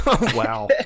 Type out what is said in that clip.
wow